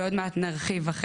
ועוד מעט נרחיב על כך,